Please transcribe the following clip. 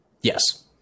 Yes